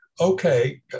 okay